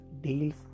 deals